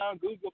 Google